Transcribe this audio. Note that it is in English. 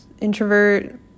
introvert